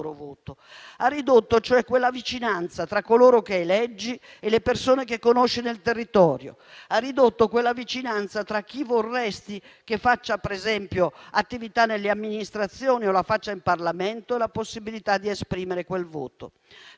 Ha ridotto, cioè, quella vicinanza tra coloro che eleggi e le persone che conosci nel territorio; ha ridotto quella vicinanza tra chi vorresti che facesse, per esempio, attività nelle amministrazioni o in Parlamento e la possibilità di esprimere quel voto.